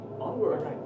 onward